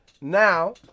now